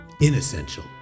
Inessential